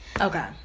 Okay